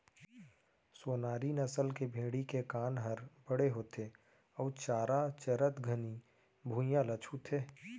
सोनारी नसल के भेड़ी के कान हर बड़े होथे अउ चारा चरत घनी भुइयां ल छूथे